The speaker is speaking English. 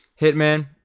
Hitman